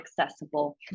accessible